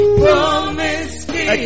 promise